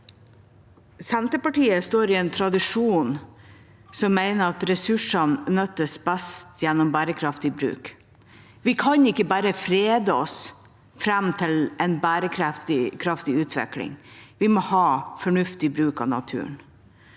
Senterpartiet står i en tradisjon som mener at ressursene best møtes gjennom bærekraftig bruk. Vi kan ikke bare frede oss fram til en bærekraftig utvikling, vi må ha en fornuftig bruk av naturen.